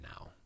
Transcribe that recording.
now